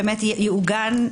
שיעוגן,